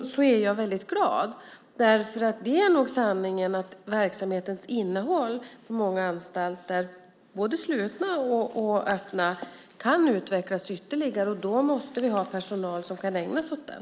Sanningen är nog att verksamhetens innehåll på många anstalter, både slutna och öppna, kan utvecklas ytterligare. Då måste vi ha personal som kan ägna sig åt den.